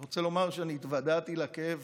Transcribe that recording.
אני רוצה לומר שהתוודעתי לכאב